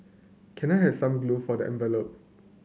can I have some glue for the envelope